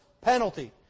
penalty